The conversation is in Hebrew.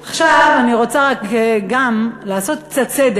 עכשיו, אני רוצה לעשות קצת סדר.